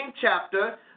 chapter